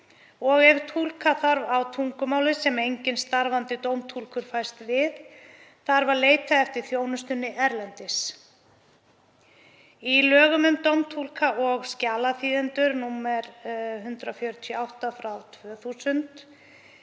Ef túlka þarf á tungumáli sem enginn starfandi dómtúlkur fæst við þarf að leita eftir þjónustunni erlendis. Í lögum um dómtúlka og skjalaþýðendur, nr. 148/2000,